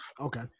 Okay